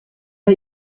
are